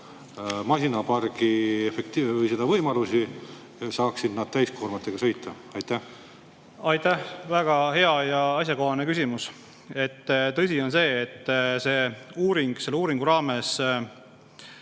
masinapargi võimalusi. Saaksid nad täiskoormatega sõita? Aitäh! Väga hea ja asjakohane küsimus. Tõsi on see, et selle uuringu raames